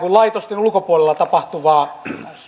laitosten ulkopuolella tapahtuvaa